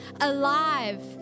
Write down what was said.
alive